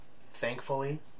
thankfully